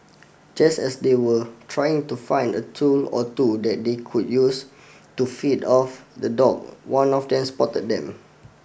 just as they were trying to find a tool or two that they could use to feed off the dog one of them spotted them